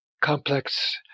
complex